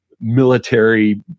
military